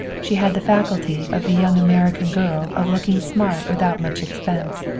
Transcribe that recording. she had the faculty of the young american girl of looking smart without much expense,